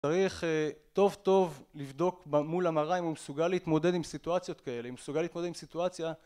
צריך טוב טוב לבדוק מול המראה אם הוא מסוגל להתמודד עם סיטואציות כאלה, אם הוא מסוגל להתמודד עם סיטואציה